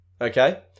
okay